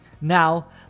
Now